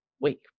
week